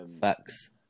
facts